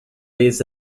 jest